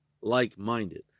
like-minded